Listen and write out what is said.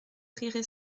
pryvé